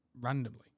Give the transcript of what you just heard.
randomly